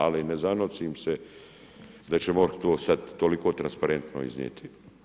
Ali ne zanosim se da će MORH to sada toliko transparentno iznijeti.